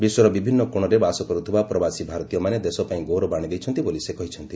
ବିଶ୍ୱର ବିଭିନ୍ନ କୋଣରେ ବାସ କରୁଥିବା ପ୍ରବାସୀ ଭାରତୀୟମାନେ ଦେଶପାଇଁ ଗୌରବ ଆଶିଦେଇଛନ୍ତି ବୋଲି ସେ କହିଛନ୍ତି